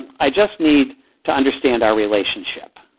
and i just need to understand our relationship.